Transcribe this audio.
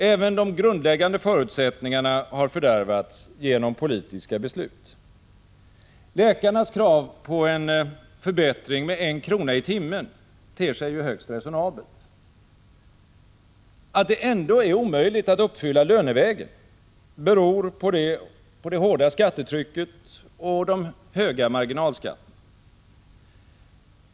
Även de grundläggande förutsättningarna har fördärvats genom politiska beslut. Läkarnas krav på en förbättring med en krona i timmen ter sig ju högst resonabelt. Att det ändå är omöjligt att uppfylla lönevägen beror på det hårda skattetrycket och de höga marginalskatterna.